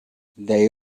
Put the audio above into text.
they